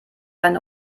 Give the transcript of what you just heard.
eine